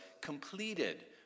completed